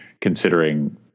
considering